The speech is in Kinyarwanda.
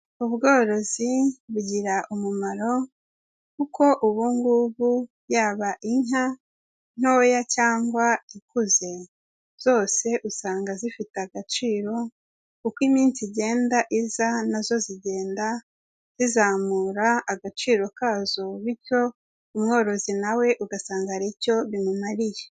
Ubworozi bugira umumaro kuko ubu ngubu yaba inka ntoya cyangwa ikuze, zose usanga zifite agaciro uko iminsi igenda iza na zo zigenda zizamura agaciro kazo bityo umworozi na we ugasanga hari icyo bimumariye.